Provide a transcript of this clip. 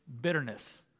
bitterness